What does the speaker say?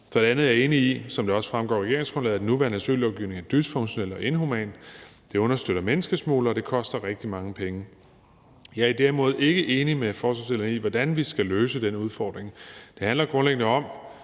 For det andet er jeg enig i, som det også fremgår af regeringsgrundlaget, at den nuværende asyllovgivning er dysfunktionel og inhuman; den understøtter menneskesmuglere, og det koster rigtig mange penge. Jeg er derimod ikke enig med forslagsstillerne i, hvordan vi skal løse den udfordring. Det handler grundlæggende om,